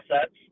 assets